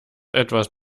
etwas